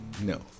No